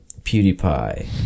PewDiePie